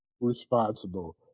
responsible